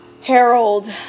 harold